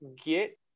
get